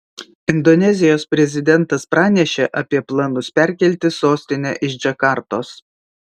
indonezijos prezidentas pranešė apie planus perkelti sostinę iš džakartos